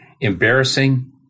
embarrassing